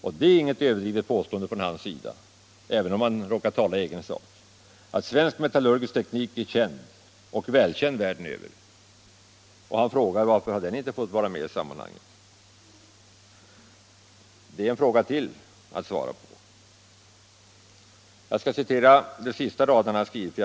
Och det är inget överdrivet påstående från professor Eketorps sida, även om han råkar tala i egen sak, att svensk metallurgisk teknik är känd och välkänd världen över. Professor Eketorp frågar: Varför har den inte fått vara med i sammanhanget? Det är en fråga till att svara på. Jag skall citera de sista raderna i professor Eketorps artikel.